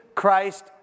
Christ